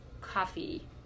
coffee